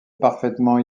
parfaitement